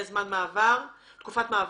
35. עד אוקטובר היינו ממש בעולם תוכן -- במגמת עלייה.